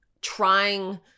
trying